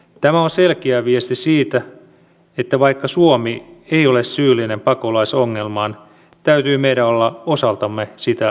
tämä on selkeä viesti siitä että vaikka suomi ei ole syyllinen pakolaisongelmaan täytyy meidän olla osaltamme sitä ratkaisemassa